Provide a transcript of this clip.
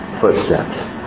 footsteps